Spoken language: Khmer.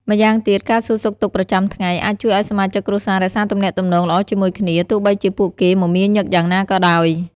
ម្យ៉ាងទៀត ការសួរសុខទុក្ខប្រចាំថ្ងៃអាចជួយឲ្យសមាជិកគ្រួសាររក្សាទំនាក់ទំនងល្អជាមួយគ្នា ទោះបីជាពួកគេមមាញឹកយ៉ាងណាក៏ដោយ។